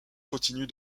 continue